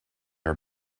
are